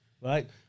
right